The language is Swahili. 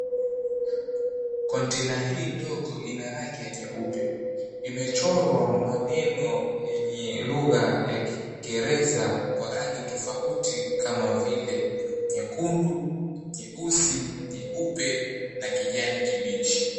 Kontena hii ndogo ina rangi ya nyeupe. Imechorwa maneno yenye lugha ya kiingereza kwa rangi tofauti kama vile nyekundu, nyeusi, nyeupe na kijani kibichi.